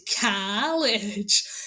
college